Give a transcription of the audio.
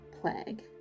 plague